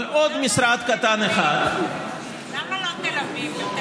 אבל עוד משרד קטן אחד, למה לא תל אביב?